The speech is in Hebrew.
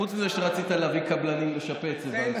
חוץ מזה שרצית להביא קבלנים לשפץ את בלפור,